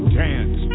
dance